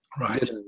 Right